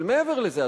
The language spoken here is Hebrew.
אבל מעבר לזה,